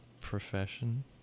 profession